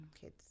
kids